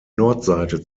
nordseite